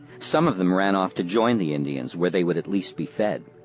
some of them ran off to join the indians, where they would at least be fed.